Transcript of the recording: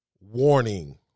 Warning